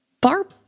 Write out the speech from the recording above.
Barb